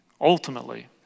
ultimately